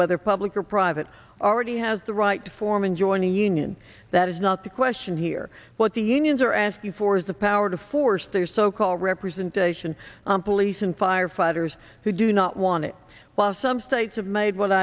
whether public or private already has the right to form and join a union that is not the question here what the unions are asking for is the power to force their so called representation on police and firefighters who do not want it plus some states have made what